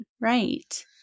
Right